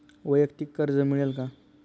वैयक्तिक कर्ज मिळेल का?